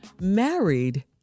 married